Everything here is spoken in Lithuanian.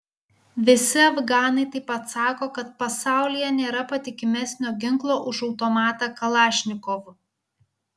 visi afganai taip pat sako kad pasaulyje nėra patikimesnio ginklo už automatą kalašnikov